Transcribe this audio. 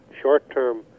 short-term